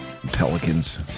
Pelicans